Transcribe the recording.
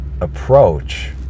approach